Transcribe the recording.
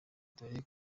dore